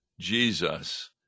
Jesus